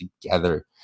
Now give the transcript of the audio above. together